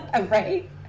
Right